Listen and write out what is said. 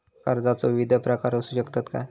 कर्जाचो विविध प्रकार असु शकतत काय?